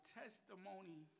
testimony